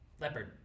Leopard